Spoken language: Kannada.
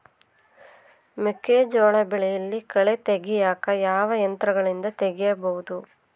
ಮೆಕ್ಕೆಜೋಳ ಬೆಳೆಯಲ್ಲಿ ಕಳೆ ತೆಗಿಯಾಕ ಯಾವ ಯಂತ್ರಗಳಿಂದ ತೆಗಿಬಹುದು?